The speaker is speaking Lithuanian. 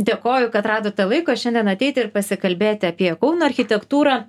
dėkoju kad radote laiko šiandien ateiti ir pasikalbėti apie kauno architektūrą